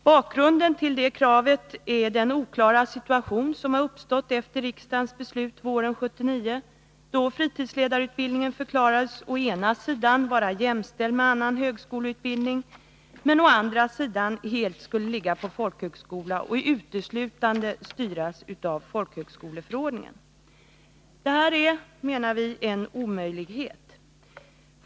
Bakgrunden till det kravet är den oklara situation som har uppstått efter riksdagens beslut våren 1979, då fritidsledarutbildningen å ena sidan förklarades vara jämställd med annan högskoleutbildning men å andra sidan helt skulle ligga på folkhögskola och styras uteslutande av folkhögskoleförordningen. Det är, menar vi, en omöjlighet.